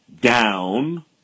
Down